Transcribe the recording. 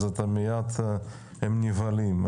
אז מיד הם נבהלים.